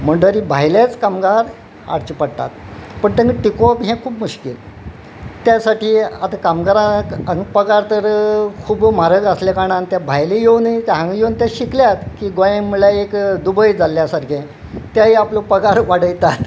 म्हणटरी भायलेच कामगार हाडचे पडटात पूण तेंका टिकोवप हे खूब मुश्कील त्या साठी आतां कामगाराक हांगा पगार तर खूब म्हारग आसल्या कारणान ते भायले येवनय हांगा येवन ते शिकल्यात की गोंय म्हणल्यार एक दुबय जाल्ल्या सारके तेय आपलो पगार वाडयतात